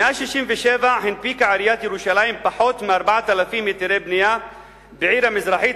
מאז 1967 הנפיקה עיריית ירושלים פחות מ-4,000 היתרי בנייה בעיר המזרחית,